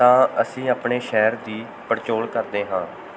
ਤਾਂ ਅਸੀਂ ਆਪਣੇ ਸ਼ਹਿਰ ਦੀ ਪੜਚੋਲ ਕਰਦੇ ਹਾਂ